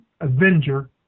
Avenger